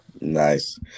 Nice